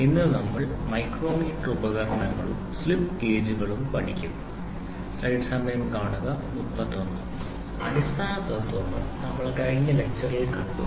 ഇന്ന് നമ്മൾ മൈക്രോമീറ്റർ ഉപകരണങ്ങളും സ്ലിപ് ഗേജുകളൂം പഠിക്കും അടിസ്ഥാന തത്വങ്ങൾ നമ്മൾ കഴിഞ്ഞ ലക്ച്ചറിൽ കണ്ടു